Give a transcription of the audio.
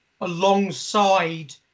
alongside